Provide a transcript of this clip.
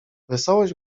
wesołość